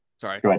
sorry